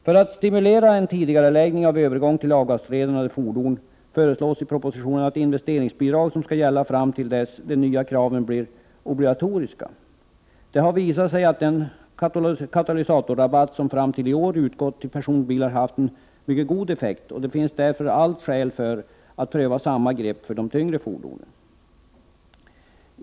För att stimulera en tidigareläggning av övergång till avgasrenade fordon föreslås i propositionen ett investeringsbidrag som skall gälla fram till dess att de nya kraven blir obligatoriska. Det har visat sig att den katalysatorrabatt som fram till i år utgått till personbilar haft en mycket god effekt. Det finns därför all anledning att pröva samma grepp för de tyngre fordonen.